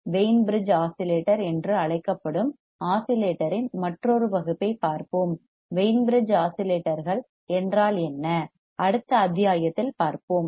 Wien bridge oscillator என்று அழைக்கப்படும் ஆஸிலேட்டரின் மற்றொரு வகுப்பைப் பார்ப்போம் வெய்ன் பிரிட்ஜ் ஆஸிலேட்டர்கள் என்றால் என்ன அடுத்த அத்தியாயத்தில் பார்ப்போம்